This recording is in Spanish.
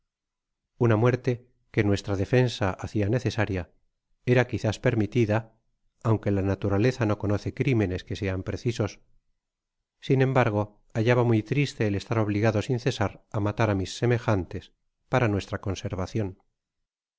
una muerte que nuestra defensa hacia necesaria era quizás permitida aunque la naturaleza no conoce crimenes que sean precisos sin em bargo hallaba muy triste el estar obligado sin cesar á matar á mis semejantes para nuestra conservacion